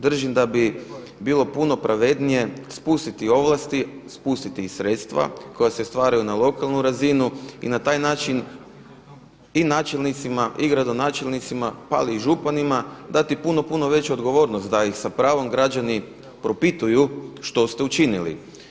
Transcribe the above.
Držim da bi bilo puno pravednije spustiti ovlasti, spustiti sredstva koja se stvaraju na lokalnu razini i na taj način i načelnicima i gradonačelnicima pa i županima dati puno, puno veću odgovornost da ih sa pravom građani propituju što ste učinili.